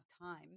time